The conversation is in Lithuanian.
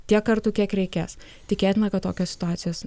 tiek kartų kiek reikės tikėtina kad tokios situacijos